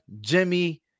Jimmy